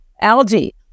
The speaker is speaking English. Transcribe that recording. algae